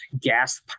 gas